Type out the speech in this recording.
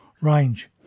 range